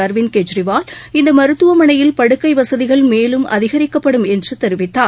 அரவிந்த் கெஜ்ரிவால் இந்த மருத்துவமனையில் படுக்கை வசதிகள் மேலும் அதிகரிக்கப்படும் என்று தெரிவித்தார்